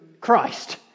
Christ